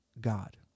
God